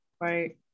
right